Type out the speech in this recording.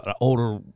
older